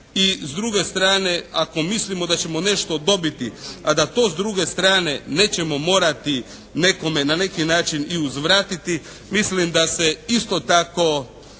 i s druge strane ako mislimo da ćemo nešto dobiti, a da to s druge strane nećemo morati nekome na neki način i uzvratiti mislim da se isto tako